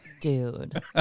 Dude